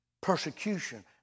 persecution